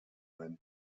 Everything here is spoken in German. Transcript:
beiden